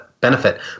benefit